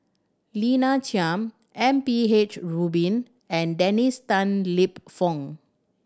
Lina Chiam M P H Rubin and Dennis Tan Lip Fong